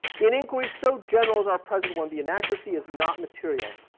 an inquiry so general as our present one, the inaccuracy is not material.